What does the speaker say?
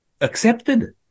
accepted